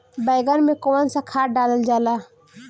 बैंगन में कवन सा खाद डालल जाला?